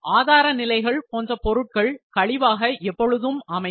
ஆதார நிலைகள் போன்ற பொருட்கள் கழிவாக எப்பொழுதும் அமையும்